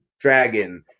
dragon